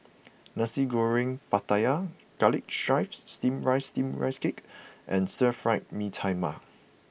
Nasi Goreng Pattaya Garlic Chives steamed rice steamed rice cake and stir fried Mee Tai Mak